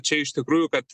čia iš tikrųjų kad